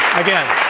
again.